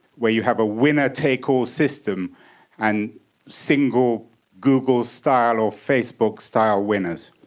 where you have a winner take all system and single google style or facebook style winners?